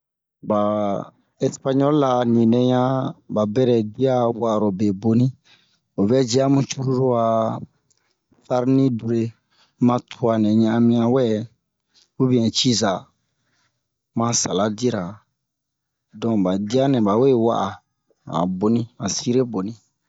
ɓa Espayɔl la a ninɛ ɲan ɓa bɛrɛ diya a wa'arobe boni o vɛ ji amu curulu a farni dure ma tuwa nɛ ɲan'anmiɲan wɛɛ ubiyɛn ciza ma saladi-ra donk ɓa diya nɛ ɓa we wa'a han boni han sire boni